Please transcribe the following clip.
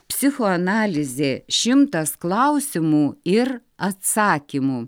psichoanalizė šimtas klausimų ir atsakymų